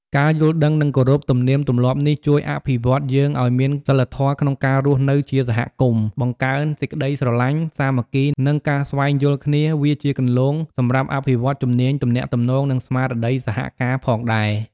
ការយល់ដឹង និងគោរពទំនៀមទម្លាប់នេះជួយអភិវឌ្ឍន៍យើងឲ្យមានសីលធម៌ក្នុងការរស់នៅជាសហគមន៍ បង្កើនសេចក្តីស្រឡាញ់ សាមគ្គី និងការស្វែងយល់គ្នា វាជាគន្លងសម្រាប់អភិវឌ្ឍជំនាញទំនាក់ទំនង និងស្មារតីសហការផងដែរ។